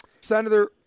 Senator